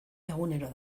egunero